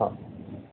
हा